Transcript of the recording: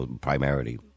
primarily